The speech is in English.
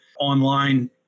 online